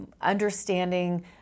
understanding